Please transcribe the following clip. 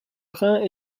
rhin